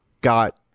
got